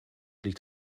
liegt